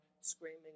screaming